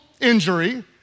injury